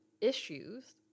issues